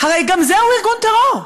הרי גם זהו ארגון טרור.